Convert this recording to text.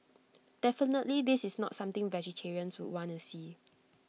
definitely this is not something vegetarians would want to see